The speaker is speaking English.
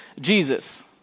Jesus